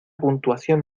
puntuación